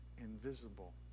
Invisible